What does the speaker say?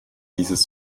dieses